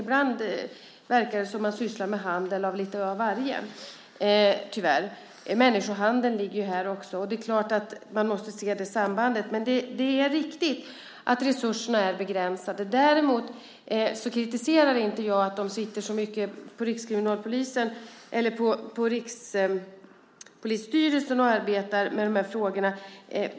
Ibland verkar det som om man sysslar med handel med lite av varje tyvärr. Människohandeln ligger ju här också. Det är klart att man måste se det sambandet. Men det är riktigt att resurserna är begränsade. Däremot kritiserar inte jag att de sitter så mycket på Rikspolisstyrelsen och arbetar med de här frågorna.